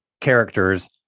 characters